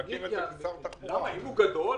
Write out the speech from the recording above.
אם הוא גדול,